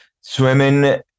swimming